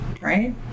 right